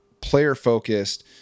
player-focused